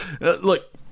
Look